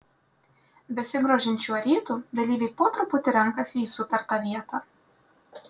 besigrožint šiuo rytu dalyviai po truputį renkasi į sutartą vietą